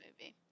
movie